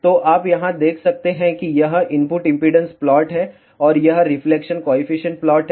तो आप यहां देख सकते हैं कि यह इनपुट इम्पीडेन्स प्लॉट है और यह रिफ्लेक्शन कॉएफिशिएंट प्लॉट है